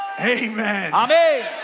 Amen